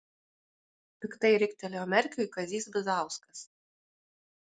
piktai riktelėjo merkiui kazys bizauskas